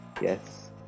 Yes